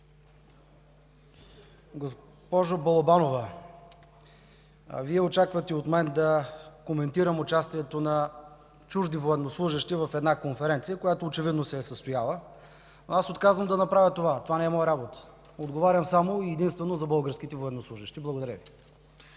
Госпожо Балабанова, Вие очаквате от мен да коментирам участието на чужди военнослужещи в една конференция, която очевидно се е състояла. Аз отказвам да направя това. Това не е моя работа. Отговарям само и единствено за българските военнослужещи. Благодаря Ви.